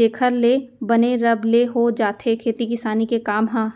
जेखर ले बने रब ले हो जाथे खेती किसानी के काम ह